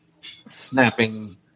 snapping